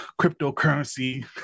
cryptocurrency